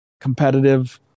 competitive